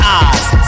eyes